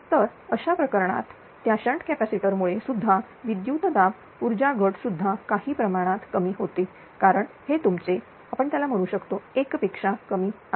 तर अशा प्रकरणात त्याशंट कॅपॅसिटर मुळे सुद्धा विद्युतदाब ऊर्जा घट सुद्धा काही प्रमाणात कमी होते कारण हे तुमचे आपण त्याला म्हणू शकतो 1 पेक्षा कमी आहे